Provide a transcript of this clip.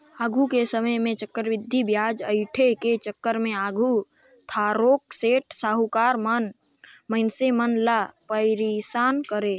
आघु के समे में चक्रबृद्धि बियाज अंइठे के चक्कर में आघु थारोक सेठ, साहुकार मन मइनसे मन ल पइरसान करें